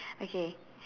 okay